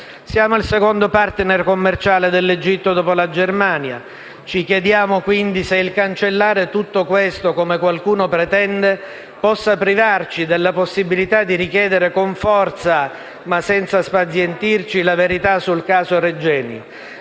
Siamo il secondo *partner* commerciale dell'Egitto, dopo la Germania. Ci chiediamo, quindi, se il cancellare tutto questo, come qualcuno pretende, possa privarci della possibilità di richiedere con forza, ma senza spazientirci, la verità sul caso Regeni.